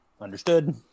Understood